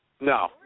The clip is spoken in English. No